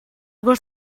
gos